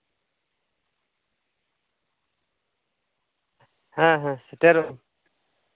ᱦᱮᱸ ᱦᱮᱸ ᱥᱮᱴᱮᱨᱚᱜ ᱤᱧ